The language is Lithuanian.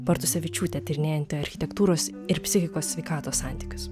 bartusevičiūtė tyrinėjanti architektūros ir psichikos sveikatos santykius